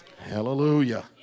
hallelujah